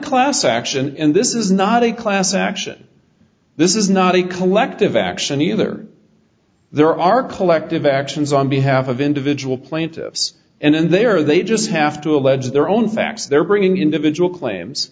class action and this is not a class action this is not a collective action either there are collective actions on behalf of individual plaintiffs and they are they just have to allege their own facts they're bringing individual claims